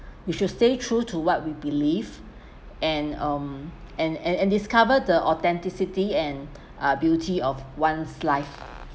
we should stay true to what we believe and um and and and discover the authenticity and are beauty of one's life